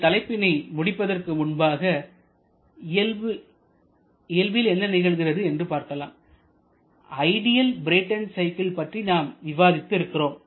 இந்த தலைப்பினை முடிப்பதற்கு முன்பாக இயல்பில் என்ன நிகழ்கிறது என்று பார்க்கலாம் ஐடியல் பிரேட்டன் சைக்கிள் பற்றி நாம் விவாதித்து இருக்கிறோம்